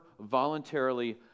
voluntarily